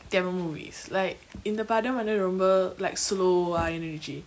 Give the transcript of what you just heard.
tamil movies like இந்த படோ வந்து ரொம்ப:intha pado vanthu romba like slow ah இருந்துச்சு:irunthuchu